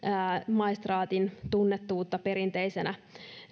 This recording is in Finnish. maistraatin tunnettuutta perinteisenä